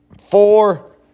four